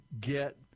get